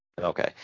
Okay